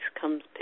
comes